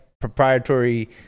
proprietary